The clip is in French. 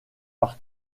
par